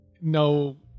no